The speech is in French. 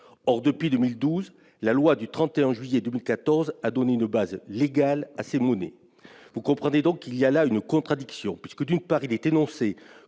Or, depuis, la loi du 31 juillet 2014 a donné une base légale à ces monnaies. Vous comprenez donc qu'il y a là une contradiction : d'une part, il est énoncé